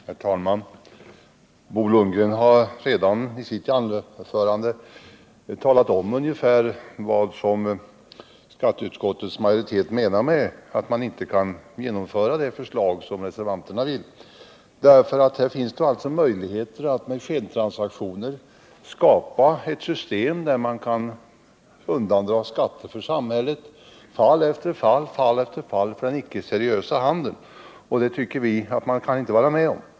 Herr talman! Bo Lundgren har redan i sitt anförande talat om ungefär vad skatteutskottets majoritet menar med att man inte kan genomföra det förslag som reservanterna förordar. Här finns det alltså möjligheter att med skentransaktioner skapa ett system där den icke seriösa handeln i fall efter fall kan undandra samhället skatter. Vi tycker inte man kan gå med på det.